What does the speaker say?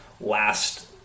last